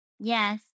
Yes